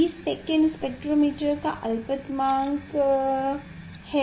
20 second spectrometer का अल्पतमांक है